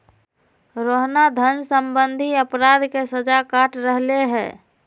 रोहना धन सम्बंधी अपराध के सजा काट रहले है